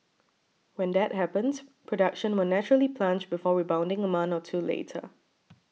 when that happens production will naturally plunge before rebounding a month or two later